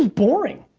boring.